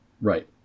Right